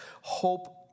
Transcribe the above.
Hope